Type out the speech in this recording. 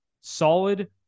solid